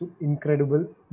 incredible